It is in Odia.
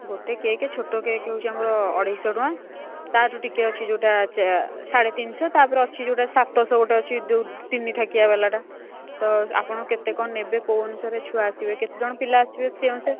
ଗୋଟେ କେକ୍ ଛୋଟ କେକ୍ ହେଉଛି ଆମର ଅଢ଼େଇଶହ ଟଙ୍କା ତା'ଠୁ ଟିକେ ଅଛି ଯେଉଁଟା ସାଢ଼େ ତିନିଶହ ତା'ପରେ ଅଛି ଯେଉଁଟା ସାତଶହ ଗୋଟେ ଅଛି ଯେଉଁ ତିନି ଥାକିଆ ବାଲାଟା ତ ଆପଣ କେତେ କ'ଣ ନେବେ କେଉଁ ଅନୁସାରେ ଛୁଆ ଆସିବେ କେତେଜଣ ପିଲା ଆସିବେ ସେ ଅନୁସାରେ